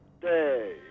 day